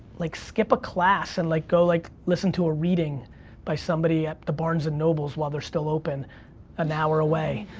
like, skip a class, and like go, like, listen to a reading by somebody at the barnes and noble, while they're still open an hour away,